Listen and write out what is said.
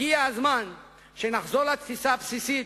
הגיע הזמן שנחזור לתפיסה הבסיסית,